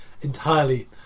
entirely